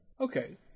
Okay